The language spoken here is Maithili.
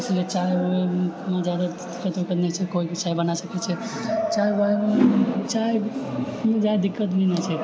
इसीलिए चाय ओयमे जादा दिक्कत ओक्कत नहि छै केओ भी चाय बनाय सकैत छै चाय वाय चायमे जादा दिक्कत भी नहि छै